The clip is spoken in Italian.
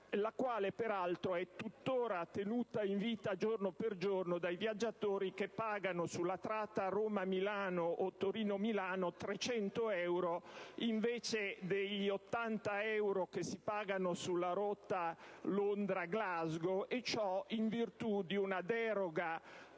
La quale peraltro è tuttora tenuta in vita giorno per giorno dai viaggiatori che sulle tratte Roma-Milano o Torino-Roma pagano 300 euro invece degli 80 euro che si pagano sulla rotta Londra-Glasgow: ciò è reso possibile da una deroga